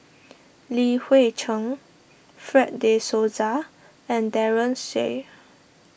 Li Hui Cheng Fred De Souza and Daren Shiau